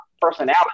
personality